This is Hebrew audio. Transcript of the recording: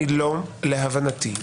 להבנתי,